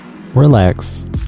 relax